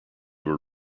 were